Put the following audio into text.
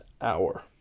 hour